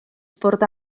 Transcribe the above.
ffwrdd